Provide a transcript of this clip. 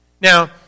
Now